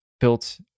built